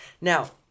Now